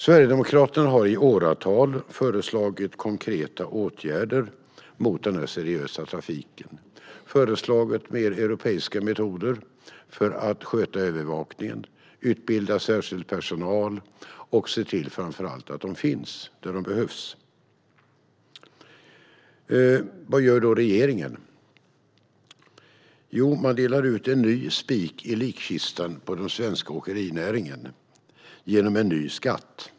Sverigedemokraterna har i åratal föreslagit konkreta åtgärder mot den oseriösa trafiken. Vi har föreslagit mer europeiska metoder för att sköta övervakningen och att man ska utbilda särskild personal och framför allt se till att den finns där den behövs. Vad gör regeringen? Jo, man sätter ytterligare en spik i den svenska åkerinäringens likkista genom en ny skatt.